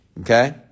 okay